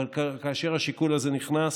כאשר השיקול הזה נכנס,